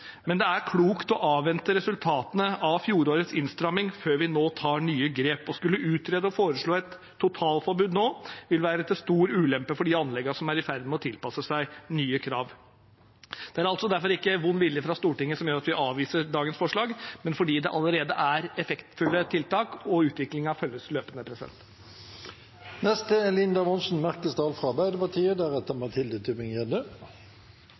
men det er klokt å avvente resultatene av fjorårets innstramming før vi nå tar nye grep. Å skulle utrede og foreslå et totalforbud nå vil være til stor ulempe for de anleggene som er i ferd med å tilpasse seg nye krav. Det er derfor ikke vond vilje fra Stortinget som gjør at vi avviser dagens forslag, men det at det allerede er effektfulle tiltak, og utviklingen følges løpende.